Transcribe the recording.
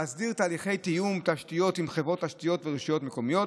להסדיר תהליכי תיאום תשתיות עם חברות תשתיות ברשויות מקומיות,